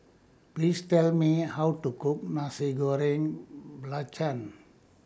Please Tell Me How to Cook Nasi Goreng Belacan